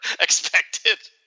expected